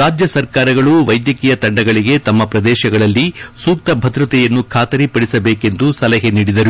ರಾಜ್ಯ ಸರ್ಕಾರಗಳು ವೈದ್ಯಕೀಯ ತಂಡಗಳಿಗೆ ತಮ್ಮ ಪ್ರದೇಶಗಳಲ್ಲಿ ಸೂಕ್ತ ಭದ್ರತೆಯನ್ನು ಖಾತರಿಪಡಿಸಬೇಕೆಂದು ಸಲಹೆ ನೀಡಿದರು